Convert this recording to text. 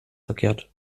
verkehrt